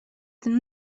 tant